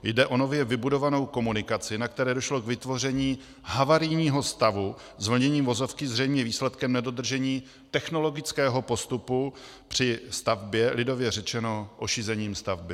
Jde o nově vybudovanou komunikaci, na které došlo k vytvoření havarijního stavu zvlněním vozovky zřejmě výsledkem nedodržení technologického postupu při stavbě lidově řečeno ošizením stavby.